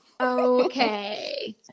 Okay